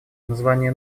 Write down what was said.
название